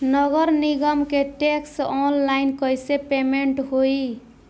नगर निगम के टैक्स ऑनलाइन कईसे पेमेंट होई?